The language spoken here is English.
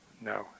No